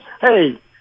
Hey